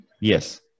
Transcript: Yes